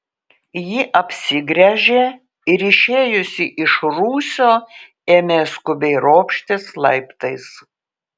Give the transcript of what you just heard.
ji apsigręžė ir išėjusi iš rūsio ėmė skubiai ropštis laiptais